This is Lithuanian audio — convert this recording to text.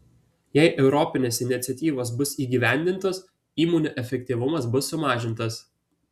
jei europinės iniciatyvos bus įgyvendintos įmonių efektyvumas bus sumažintas